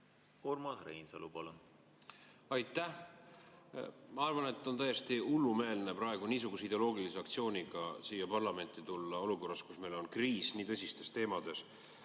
Aitäh! Ma arvan, et on täiesti hullumeelne praegu niisuguse ideoloogilise aktsiooniga parlamenti tulla, olukorras, kus meil on kriis nii tõsistel teemadel.